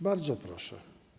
Bardzo proszę.